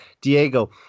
Diego